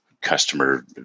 customer